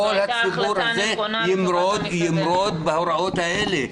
כל הציבור הזה ימרוד בהוראות האלה.